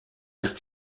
ist